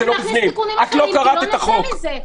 אי-אפשר שנכניס תיקונים אחרים, כי לא נצא מזה.